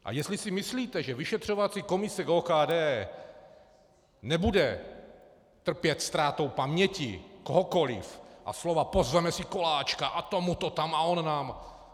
A jestli si myslíte, že vyšetřovací komise k OKD nebude trpět ztrátou paměti kohokoliv a slova pozveme si Koláčka a tomu to tam, a on nám...